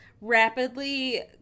rapidly